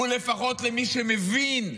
הוא לפחות למי שמבין,